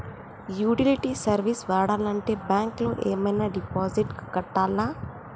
Utility service వాడాలంటే bank లో ఏమైనా డిపాజిట్ కట్టాలా?